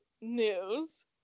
news